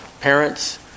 parents